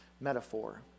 metaphor